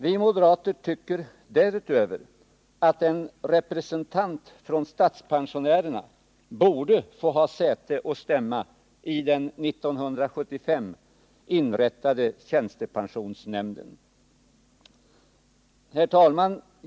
Vi moderater tycker därutöver att en representant för statspensionärerna borde ha säte och stämma i den 1975 inrättade tjänstepensionsnämnden. Herr talman!